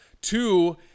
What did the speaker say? Two